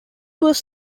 was